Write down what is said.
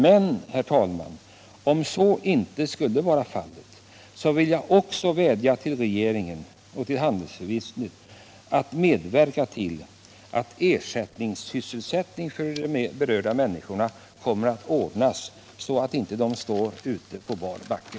Men, herr talman, om så inte skulle bli fallet, vill jag vädja till regeringen och handelsministern att medverka till att ersättningssysselsättning för berörda människor kommer att ordnas, så att de inte står på bar backe.